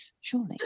surely